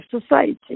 society